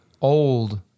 old